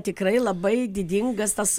tikrai labai didingas tas